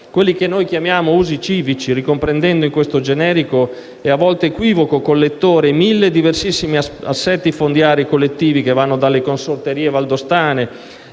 Quelli che noi chiamiamo usi civici - ricomprendendo in questo generico ed a volte equivoco collettore i mille e diversissimi assetti fondiari collettivi che vanno dalle consorterie valdostane